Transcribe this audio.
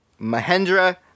Mahendra